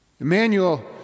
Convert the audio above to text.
Emmanuel